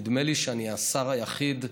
נדמה לי שאני השר היחיד,